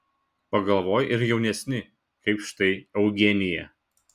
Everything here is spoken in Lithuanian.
pagalvoja ir jaunesni kaip štai eugenija